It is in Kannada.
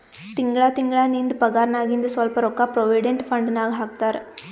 ತಿಂಗಳಾ ತಿಂಗಳಾ ನಿಂದ್ ಪಗಾರ್ನಾಗಿಂದ್ ಸ್ವಲ್ಪ ರೊಕ್ಕಾ ಪ್ರೊವಿಡೆಂಟ್ ಫಂಡ್ ನಾಗ್ ಹಾಕ್ತಾರ್